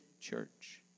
church